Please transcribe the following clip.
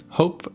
hope